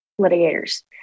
litigators